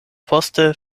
poste